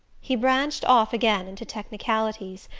he branched off again into technicalities,